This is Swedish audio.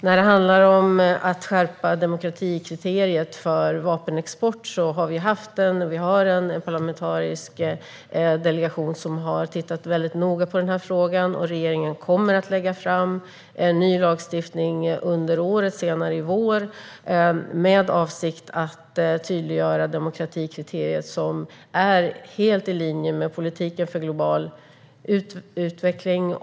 När det handlar om att skärpa demokratikriteriet för vapenexport har vi en parlamentarisk delegation som har tittat mycket noga på den frågan, och regeringen kommer att lägga fram en ny lagstiftning senare i vår med avsikt att tydliggöra demokratikriteriet som är helt i linje med politiken för global utveckling.